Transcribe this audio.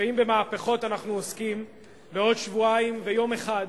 ואם במהפכות אנחנו עוסקים, בעוד שבועיים ויום אחד,